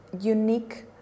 unique